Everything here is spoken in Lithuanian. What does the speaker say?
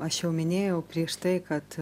aš jau minėjau prieš tai kad